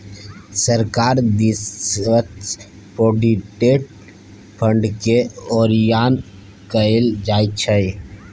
सरकार दिससँ प्रोविडेंट फंडकेँ ओरियान कएल जाइत छै